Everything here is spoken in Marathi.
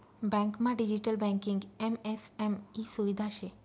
बँकमा डिजिटल बँकिंग एम.एस.एम ई सुविधा शे